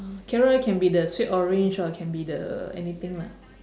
carrier can be the sweet orange or can be the anything lah